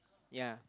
ya